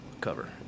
cover